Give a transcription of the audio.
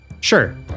Sure